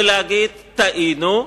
ולהגיד: טעינו,